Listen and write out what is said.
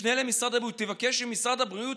תפנה למשרד הבריאות, תבקש ממשרד הבריאות